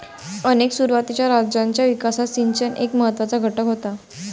अनेक सुरुवातीच्या राज्यांच्या विकासात सिंचन हा एक महत्त्वाचा घटक होता